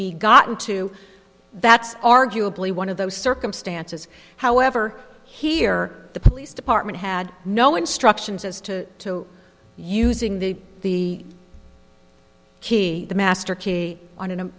be gotten to that's arguably one of those circumstances however here the police department had no instructions as to using the key the master key on a